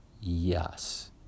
yes